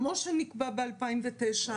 כמו שנקבע ב-2009.